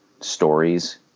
stories